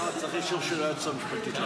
--- צריך אישור של היועץ המשפטי.